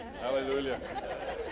Hallelujah